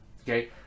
Okay